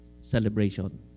celebration